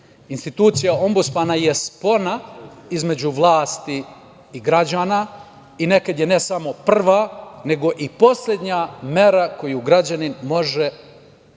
Institucija Ombudsmana je spona između vlasti i građana i nekad je ne samo prva, nego i poslednja mera koju građanin može učiniti